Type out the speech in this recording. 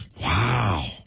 wow